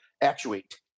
Actuate